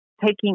taking